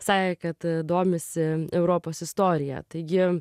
sakė kad domisi europos istorija taigi